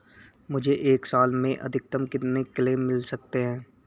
मुझे एक साल में अधिकतम कितने क्लेम मिल सकते हैं?